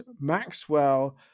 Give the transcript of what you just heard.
Maxwell